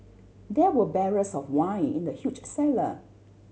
there were barrels of wine in the huge cellar